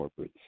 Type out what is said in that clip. corporates